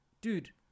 dude